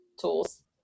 tools